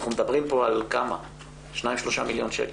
אנחנו מדברים כאן על שניים-שלושה מיליון שקלים.